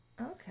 Okay